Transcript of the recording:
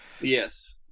Yes